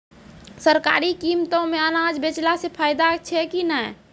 सरकारी कीमतों मे अनाज बेचला से फायदा छै कि नैय?